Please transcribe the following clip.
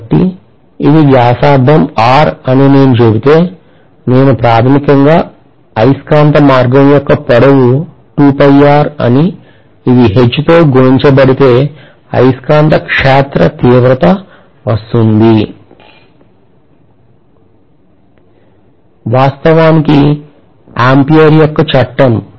కాబట్టి ఇది వ్యాసార్థం R అని నేను చెబితే నేను ప్రాథమికంగా అయస్కాంత మార్గం యొక్క పొడవు 2π R అని ఇది H తో గుణించబడితే అయస్కాంత క్షేత్ర తీవ్రత వస్తుంది వాస్తవానికి ఆంపియర్ యొక్క చట్టం